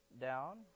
down